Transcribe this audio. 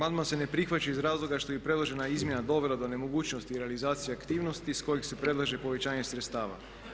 Amandman se ne prihvaća iz razloga što bi predložena izmjena dovela do nemogućnosti realizacije aktivnosti iz kojih se predlaže povećanje sredstava.